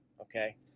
okay